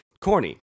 Corny